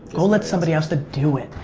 go let somebody else to do it.